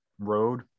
road